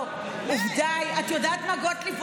לא, עובדה, כן, את יודעת מה, גוטליב?